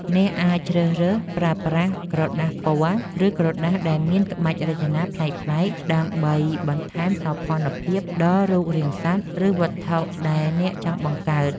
អ្នកអាចជ្រើសរើសប្រើប្រាស់ក្រដាសពណ៌ ឬក្រដាសដែលមានក្បាច់រចនាប្លែកៗ ដើម្បីបន្ថែមសោភ័ណភាពដល់រូបរាងសត្វ ឬវត្ថុដែលអ្នកចង់បង្កើត។